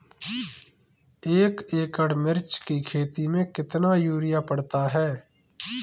एक एकड़ मिर्च की खेती में कितना यूरिया पड़ता है?